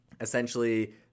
essentially